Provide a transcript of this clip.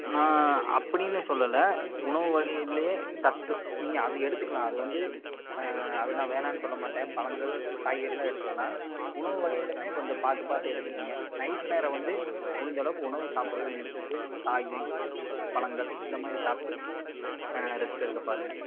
நான் அப்படின்னு சொல்லலை உணவு வகைகள்லேயே சத்து நீங்கள் அதை எடுத்துக்கலாம் அது வந்து அது நான் வேணான்னு சொல்லமாட்டேன் பழங்கள் காய்கறியெலாம் எடுத்துக்கலாம் உணவு வகைகளுமே கொஞ்சம் பார்த்து பார்த்து எடுத்துக்கோங்க நைட் நேரம் வந்து முடிஞ்சளவுக்கு உணவு சாப்பிட்றத நிறுத்திவிட்டு காய் பழங்கள் இந்த மாதிரி சாப்பிட்டு ரெஸ்ட் எடுக்க பாருங்க